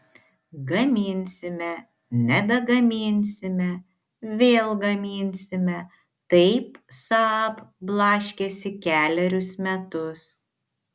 gaminsime nebegaminsime vėl gaminsime taip saab blaškėsi kelerius metus